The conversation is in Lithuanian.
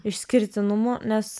išskirtinumų nes